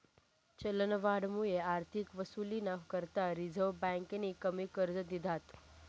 चलनवाढमुये आर्थिक वसुलीना करता रिझर्व्ह बँकेनी कमी कर्ज दिधात